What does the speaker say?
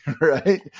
right